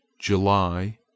July